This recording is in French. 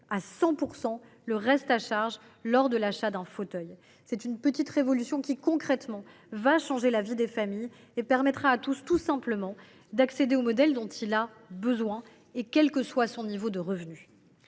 à 100 % le reste à charge lors de l’achat d’un fauteuil. Cette petite révolution contribuera concrètement à changer la vie des familles et permettra à chacun d’accéder au modèle dont il a besoin, quel que soit son niveau de revenu.